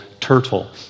turtle